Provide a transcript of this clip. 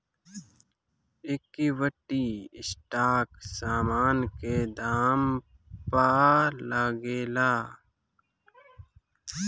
equity stock समान के दाम पअ लागेला